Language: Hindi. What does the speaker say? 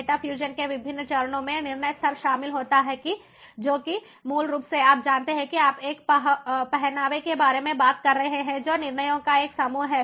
डेटा फ़्यूज़न के विभिन्न चरणों में निर्णय स्तर शामिल होता है जो कि मूल रूप से आप जानते हैं कि आप एक पहनावे के बारे में बात कर रहे हैं जो निर्णयों का एक समूह है